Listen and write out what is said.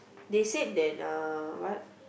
they said that uh what